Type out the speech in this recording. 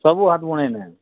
ସବୁ ହାତ ବୁଣେଇ ନେ